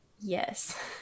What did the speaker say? yes